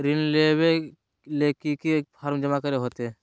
ऋण लेबे ले की की फॉर्म जमा करे होते?